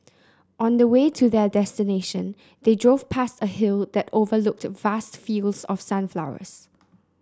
on the way to their destination they drove past a hill that overlooked vast fields of sunflowers